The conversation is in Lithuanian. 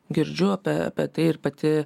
girdžiu apie apie tai ir pati